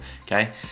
okay